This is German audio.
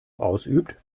ausübt